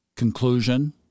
Conclusion